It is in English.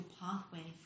pathway